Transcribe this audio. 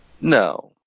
No